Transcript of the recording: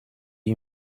you